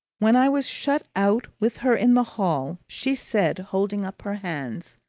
when i was shut out with her in the hall, she said, holding up her hands,